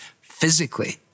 physically